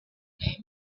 name